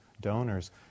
donors